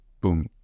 boom